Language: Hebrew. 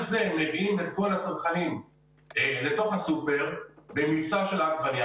זה הם מביאים את כל הצרכנים לתוך הסופר במבצע של העגבנייה